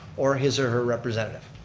or his or her representative.